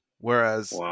Whereas